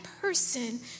person